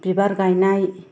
बिबार गायनाय